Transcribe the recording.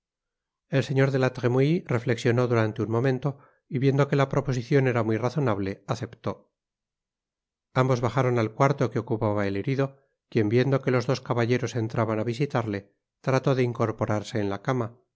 el señor de la tremouille reflexionó durante un momento y viendo que la proposicion era muy razonable aceptó ambos bajaron al cuarto que ocupaba el herido quien viendo que los dos caballeros entraban á visitarle trató de incorporarse en la cama